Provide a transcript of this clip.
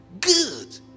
good